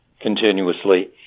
continuously